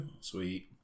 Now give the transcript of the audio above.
Sweet